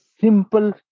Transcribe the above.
simple